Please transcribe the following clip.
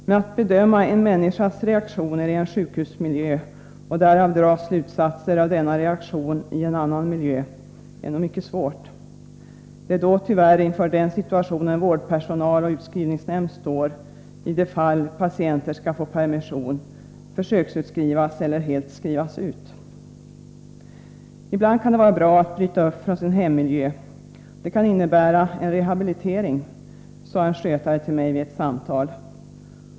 Men att bedöma en människas reaktioner i sjukhusmiljö och därav dra slutsatser om dennes reaktion i en annan miljö är mycket svårt. Det är tyvärr inför den situationen vårdpersonal och utskrivningsnämnd står i de fall då patienter skall få permission, försöksutskrivas eller helt skrivas ut. Ibland kan bara det att bryta upp från sin hemmiljö inebära en rehabilitering, sade en skötare till mig vid ett samtal.